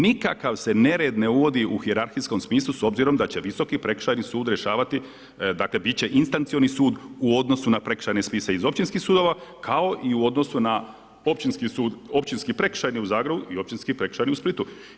Nikakav se nered ne uvodi u hijerarhijskom smislu, s obzirom da će visoki prekršajni sud rješavati biti će instancionalni sud u odnosu na prekršajne spise iz općinskih sudova, kao i u odnosu na općinski sud, Općinski prekršajni u Zadru i Općinski prekršajni u Splitu.